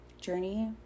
journey